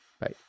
Bye